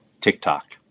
TikTok